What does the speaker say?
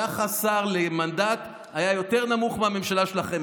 היחס בין שר למנדט היה יותר נמוך מהממשלה שלכם.